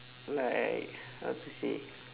like how to say